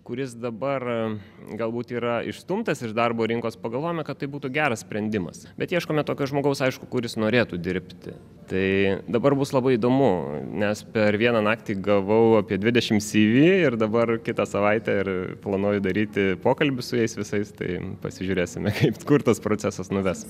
kuris dabar galbūt yra išstumtas iš darbo rinkos pagalvojome kad tai būtų geras sprendimas bet ieškome tokio žmogaus aišku kuris norėtų dirbti tai dabar bus labai įdomu nes per vieną naktį gavau apie dvidešims cv ir dabar kitą savaitę ir planuoji daryti pokalbis su jais visais tai pasižiūrėsime kaip kur tas procesas nuves